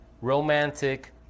romantic